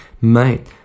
Mate